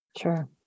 Sure